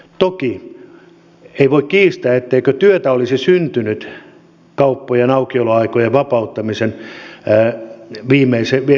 toki ei voi kiistää etteikö työtä olisi syntynyt kauppojen aukioloaikojen vapauttamisen edellisellä kierroksella